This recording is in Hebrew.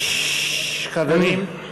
ששש, חברים.